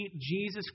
Jesus